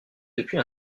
depuis